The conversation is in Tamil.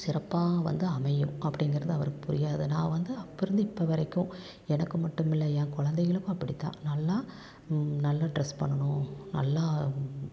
சிறப்பாக வந்து அமையும் அப்படிங்கிறது அவருக்கு புரியாது நான் வந்து அப்போருந்து இப்போ வரைக்கும் எனக்கு மட்டுமில்லை என் குழந்தைகளுக்கும் அப்படித்தான் நல்லா நல்ல ட்ரெஸ் பண்ணணும் நல்லா